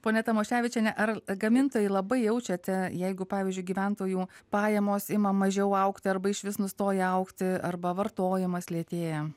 ponia tamoševičiene ar gamintojai labai jaučiate jeigu pavyzdžiui gyventojų pajamos ima mažiau augti arba išvis nustoja augti arba vartojimas lėtėja